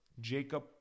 Jacob